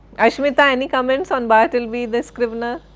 ashmita, any comments on bartleby, the scrivener,